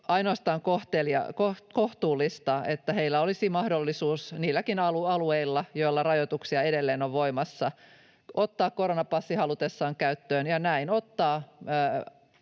ainoastaan kohtuullista, että heillä olisi mahdollisuus niilläkin alueilla, joilla rajoituksia edelleen on voimassa, ottaa koronapassi halutessaan käyttöön ja näin